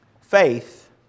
faith